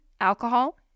alcohol